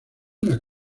una